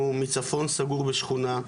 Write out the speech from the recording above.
הוא מצפון סגור בשכונה,